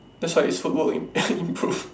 that's why his footwork improved